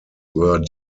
were